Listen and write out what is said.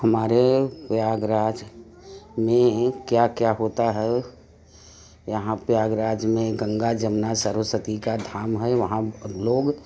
हमारे प्रयागराज में क्या क्या होता है यहाँ प्रयागराज मे गंगा जमुना सरस्वती का धाम है वहाँ लोग